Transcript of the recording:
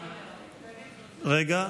רגע.